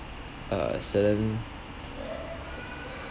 uh certain